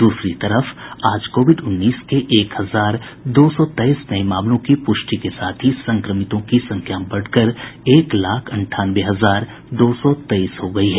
दूसरी तरफ आज कोविड उन्नीस के एक हजार दो सौ तेईस नये मामलों की पुष्टि के साथ ही संक्रमितों की संख्या बढ़कर एक लाख अंठानवे हजार दो सौ तेईस हो गयी है